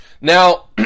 Now